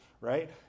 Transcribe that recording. right